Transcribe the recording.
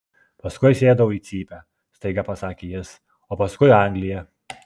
paskui sėdau į cypę staiga pasakė jis o paskui anglija